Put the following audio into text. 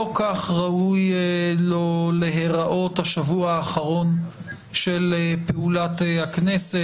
לא כך ראוי לו להיראות השבוע האחרון של פעולת הכנסת,